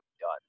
done